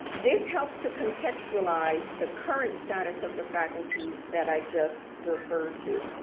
this helps to contextualize the current status of the faculty that i just refer to.